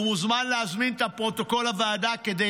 הוא מוזמן להזמין את פרוטוקול הוועדה כדי